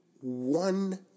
one